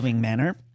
manner